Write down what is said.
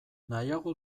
nahiago